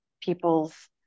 people's